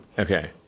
Okay